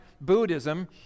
Buddhism